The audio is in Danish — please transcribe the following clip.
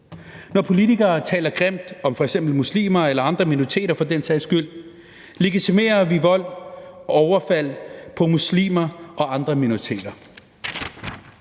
Når politikere taler grimt om f.eks. muslimer eller andre minoriteter for den sags skyld, legitimerer vi vold mod og overfald på muslimer og andre minoriteter.